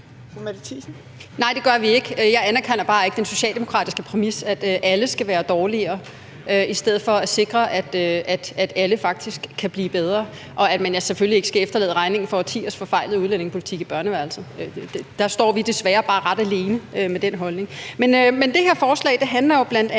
Nej, det gør vi ikke. Jeg anerkender bare ikke den socialdemokratiske præmis om, at alle skal være dårligere, i stedet for at sikre, at alle faktisk kan blive bedre, og at man selvfølgelig ikke skal efterlade regningen for årtiers forfejlede udlændingepolitik i børneværelset. Der står vi desværre bare ret alene med den holdning. Men det her forslag handler jo bl.a.